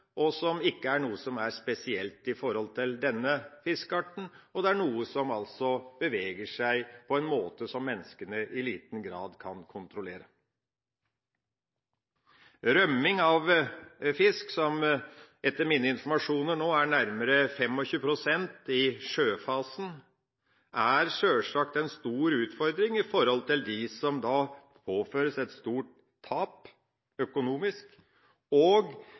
og som ikke er noe som er spesielt for denne fiskearten. Det er altså noe som beveger seg på en måte som menneskene i liten grad kan kontrollere. Rømming av fisk, som etter mine informasjoner nå er nærmere 25 pst. i sjøfasen, er sjølsagt en stor utfordring for dem som påføres et stort tap økonomisk, og